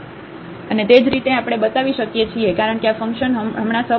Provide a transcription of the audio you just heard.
અને તે જ રીતે આપણે બતાવી શકીએ છીએ કારણ કે આ ફંક્શન હમણાં સપ્રમાણ છે